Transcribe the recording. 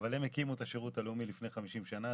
אבל הם הקימו את השירות הלאומי לפני 50 שנה.